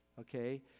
okay